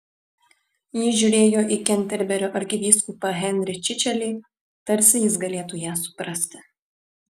ji žiūri į kenterberio arkivyskupą henrį čičelį tarsi jis galėtų ją suprasti